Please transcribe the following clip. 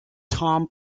tom